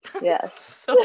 Yes